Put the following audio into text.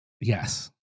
Yes